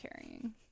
carrying